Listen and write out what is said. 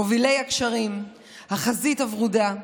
מובילי הגשרים, החזית הוורודה,